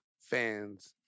Fans